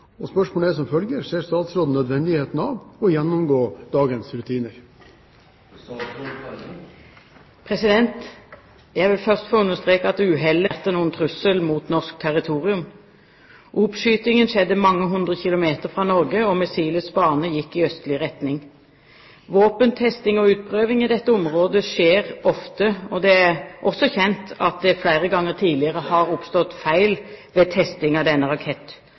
noen trussel mot norsk territorium. Oppskytingen skjedde mange hundre kilometer fra Norge, og missilets bane gikk i østlig retning. Våpentesting og utprøving i dette området skjer ofte. Det er også kjent at det flere ganger tidligere har oppstått feil ved testing av denne